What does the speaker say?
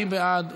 מי בעד?